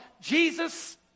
Jesus